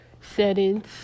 settings